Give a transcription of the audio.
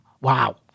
Wow